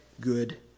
good